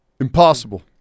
Impossible